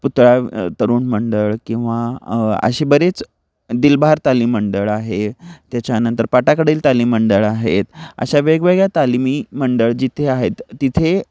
पुतळा तरुण मंडळ किंवा असे बरेच दिलभार तालीम मंडळ आहे त्याच्यानंतर पाटाकडील तालीम मंडळ आहेत अशा वेगवेगळ्या तालिमी मंडळ जिथे आहेत तिथे